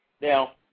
Now